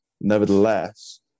Nevertheless